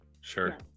sure